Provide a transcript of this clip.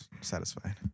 satisfied